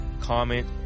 comment